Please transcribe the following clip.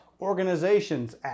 Organizations